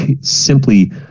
simply